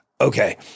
okay